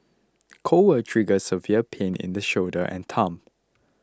cold will trigger severe pain in the shoulder and thumb